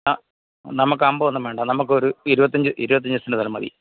ആ നമുക്ക് അമ്പതൊന്നും വേണ്ട നമുക്കൊരു ഇരുപത്തിയഞ്ച് ഇരുപത്തിയഞ്ച് സെന്റ് സ്ഥലം മതി